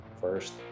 first